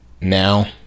now